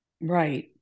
Right